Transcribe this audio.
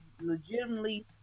legitimately